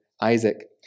Isaac